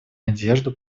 надежду